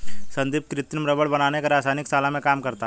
संदीप कृत्रिम रबड़ बनाने की रसायन शाला में काम करता है